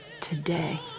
today